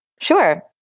Sure